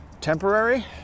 temporary